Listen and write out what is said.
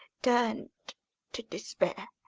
turn'd to despair,